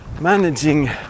managing